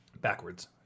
Backwards